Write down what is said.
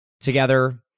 together